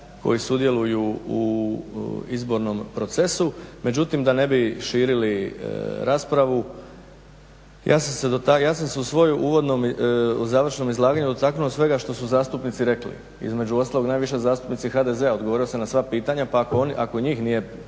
koji sudjeluju u izbornom procesu. Međutim, da ne bi širili raspravu ja sam se u svom uvodnom, završnom izlaganju dotaknuo svega što su zastupnici rekli. Između ostalog najviše zastupnici HDZ-a, odgovorio sam na sva pitanja pa ako njih nije